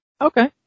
Okay